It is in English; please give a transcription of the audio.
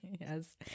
Yes